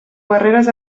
barreres